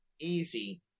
easy